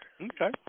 Okay